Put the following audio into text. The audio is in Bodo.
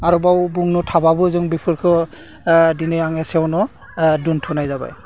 आरोबाव बुंनो थाबाबो जों बेफोरखौ दिनै आं एसेयावनो दोन्थ'नाय जाबाय